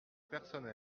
personnel